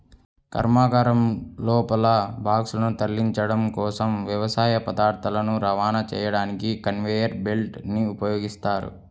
కర్మాగారం లోపల బాక్సులను తరలించడం కోసం, వ్యవసాయ పదార్థాలను రవాణా చేయడానికి కన్వేయర్ బెల్ట్ ని ఉపయోగిస్తారు